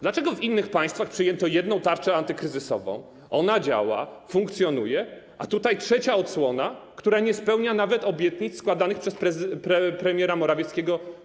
Dlaczego w innych państwach przyjęto jedną tarczę antykryzysową, która działa, funkcjonuje, a tutaj trzecia odsłona, która nie spełnia nawet obietnic składanych 3 tygodnie temu przez premiera Morawieckiego.